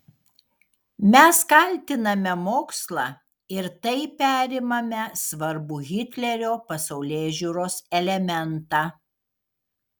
mes kaltiname mokslą ir taip perimame svarbų hitlerio pasaulėžiūros elementą